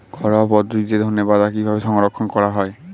ঘরোয়া পদ্ধতিতে ধনেপাতা কিভাবে সংরক্ষণ করা হয়?